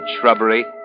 shrubbery